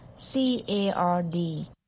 C-A-R-D